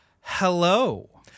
hello